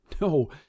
No